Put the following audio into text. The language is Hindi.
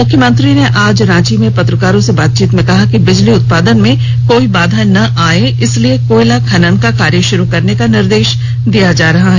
मुख्यमंत्री ने आज रांची में पत्रकारों से बातचीत में कहा कि बिजली उत्पादन में कोई बाधा ना आये इसलिए कोयला खनन का कार्य आरंभ करने का निर्देश दिया जा रहा है